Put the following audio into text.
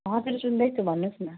हजुर सुन्दैछु भन्नुहोस् न